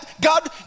God